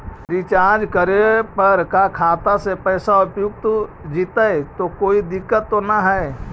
Recharge करे पर का खाता से पैसा उपयुक्त जितै तो कोई दिक्कत तो ना है?